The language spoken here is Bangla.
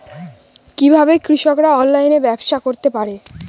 কিভাবে কৃষকরা অনলাইনে ব্যবসা করতে পারে?